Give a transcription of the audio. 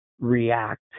react